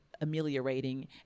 ameliorating